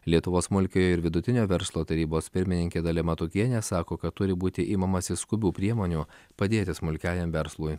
lietuvos smulkiojo ir vidutinio verslo tarybos pirmininkė dalia matukienė sako kad turi būti imamasi skubių priemonių padėti smulkiajam verslui